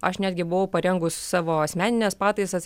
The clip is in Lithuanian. aš netgi buvau parengus savo asmenines pataisas